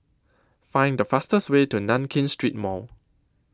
Find The fastest Way to Nankin Street Mall